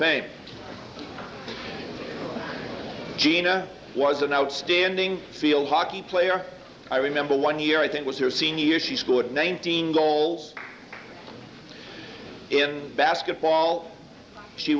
fame jena was an outstanding field aki player i remember one year i think was her senior year she scored nineteen goals in basketball she